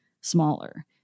smaller